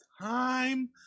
time